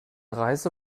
reise